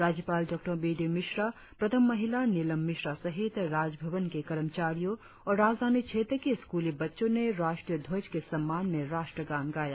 राज्यपाल डॉ मिश्र प्रथम महिला नीलम मिश्रा सहित राजभवन के कर्मचारियों और राजधानी क्षेत्र के स्कूली बच्चों ने राष्ट्रीय ध्वज के सम्मान में राष्ट्रगान गाया